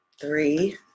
three